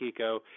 Kiko –